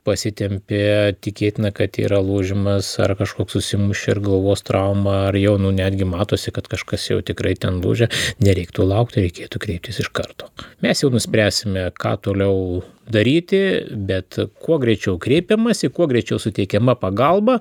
pasitempė tikėtina kad yra lūžimas ar kažkoks susimušė ar galvos trauma ar jau nu netgi matosi kad kažkas jau tikrai ten lūžę nereiktų laukti reikėtų kreiptis iš karto mes jau nuspręsime ką toliau daryti bet kuo greičiau kreipiamasi kuo greičiau suteikiama pagalba